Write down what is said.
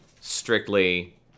strictly